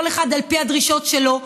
כל אחד על פי הדרישות שלו.